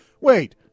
Wait